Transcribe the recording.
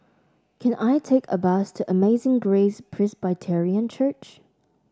can I take a bus to Amazing Grace Presbyterian Church